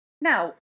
Now